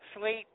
sleep